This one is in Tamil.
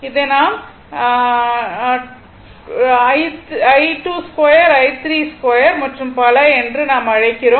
இதை நாம் 2i 3 2i 3 மற்றும் பல என்று நாம் அழைக்கிறோம்